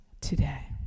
today